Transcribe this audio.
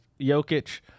Jokic